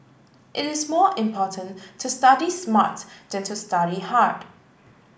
it is more important to study smart than to study hard